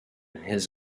his